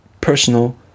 personal